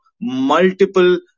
multiple